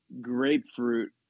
grapefruit